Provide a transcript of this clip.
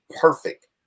perfect